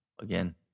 Again